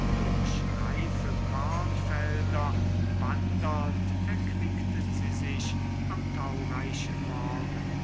durch reife kornfelder wandernd erquickten sie sich am taureichen morgen